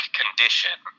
condition